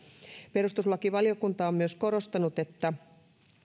perustuslakivaliokunta on myös korostanut että